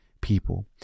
people